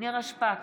נירה שפק,